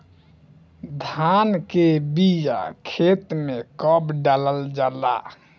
धान के बिया खेत में कब डालल जाला?